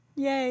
Yay